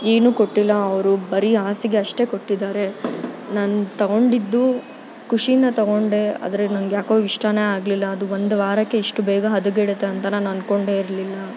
ಏನೂ ಕೊಟ್ಟಿಲ್ಲ ಅವರು ಬರೀ ಹಾಸಿಗೆ ಅಷ್ಟೇ ಕೊಟ್ಟಿದ್ದಾರೆ ನಾನು ತೊಗೊಂಡಿದ್ದು ಖುಷಿಯಿಂದ ತೊಗೊಂಡೆ ಆದರೆ ನಂಗೆ ಯಾಕೋ ಇಷ್ಟನೇ ಆಗಲಿಲ್ಲ ಅದು ಒಂದು ವಾರಕ್ಕೆ ಇಷ್ಟು ಬೇಗ ಹದಗೆಡುತ್ತೆ ಅಂತ ನಾನು ಅಂದ್ಕೊಂಡೇ ಇರಲಿಲ್ಲ